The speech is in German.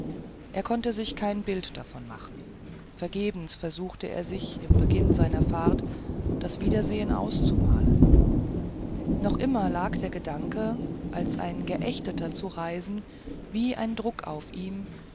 er konnte sich kein bild davon machen vergebens versuchte er sich im beginn seiner fahrt das wiedersehen auszumalen noch immer lag der gedanke als ein geächteter zu reisen wie ein druck auf ihm